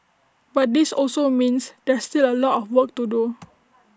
but this also means there's still A lot of work to do